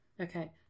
Okay